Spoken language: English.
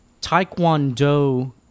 Taekwondo